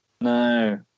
No